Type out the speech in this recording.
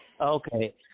Okay